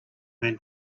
man